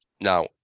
Now